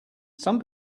some